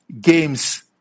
games